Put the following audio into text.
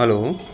hello